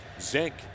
zinc